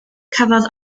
cafodd